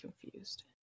confused